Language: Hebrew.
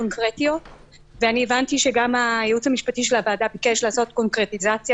ואני הבנתי שגם הייעוץ המשפטי של הוועדה ביקש לעשות קונקרטיזציה